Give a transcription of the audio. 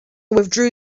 withdrew